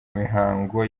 mihango